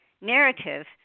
narrative